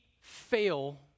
fail